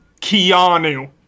Keanu